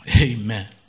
Amen